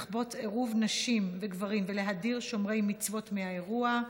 לכפות עירוב נשים וגברים ולהדיר שומרי מצוות מהאירוע,